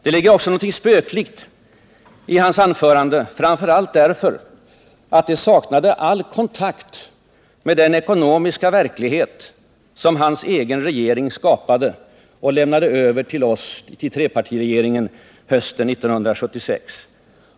Det ligger också någonting spöklikt i hans anförande, framför allt därför att det saknade all kontakt med den ekonomiska verklighet som hans egen regering skapade och lämnade över till trepartiregeringen hösten 1976.